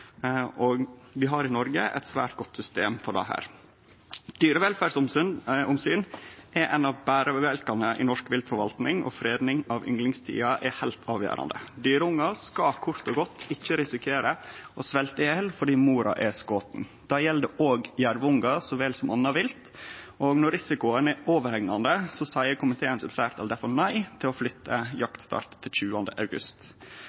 Vi har i Noreg eit svært godt system for dette. Dyrevelferdsomsyn er ein av berebjelkane i norsk viltforvalting, og freding av ynglingstida er heilt avgjerande. Dyreungar skal kort og godt ikkje risikere å svelte i hel fordi mora er skoten. Det gjeld jervungar så vel som anna vilt. Når risikoen er overhengande, seier komiteens fleirtal difor nei til å flytte jaktstarta til 20. august.